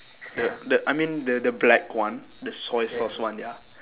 the the I mean the the black one the soy sauce one ya